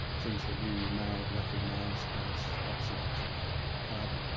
things that we would now recognise as oxides of carbon.